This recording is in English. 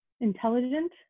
intelligent